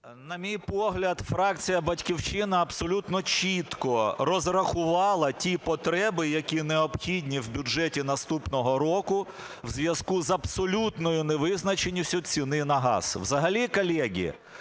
На мій погляд, фракція "Батьківщина" абсолютно чітко розрахувала ті потреби, які необхідні в бюджеті наступного року в зв'язку з абсолютною невизначеністю ціни на газ.